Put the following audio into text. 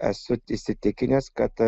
esu įsitikinęs kad